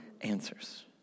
answers